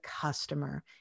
customer